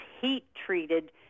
heat-treated